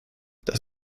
das